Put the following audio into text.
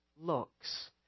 looks